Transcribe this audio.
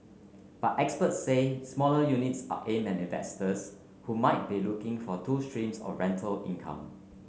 but experts say smaller units are aimed at investors who might be looking for two streams of rental income